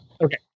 Okay